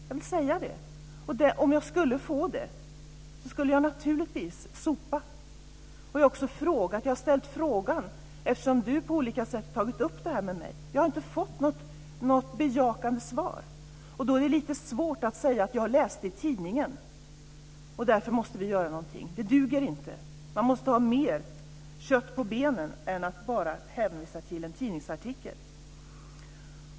Jag vill säga det. Om jag skulle få det, skulle jag naturligtvis sopa. Jag har också ställt frågan eftersom Gudrun Lindvall på olika sätt tagit upp detta med mig. Jag har inte fått något bejakande svar. Då är det lite svårt att säga att jag läste det i tidningen och därför måste vi göra någonting. Det duger inte. Man måste ha mer kött på benen än att bara hänvisa till en tidningsartikel.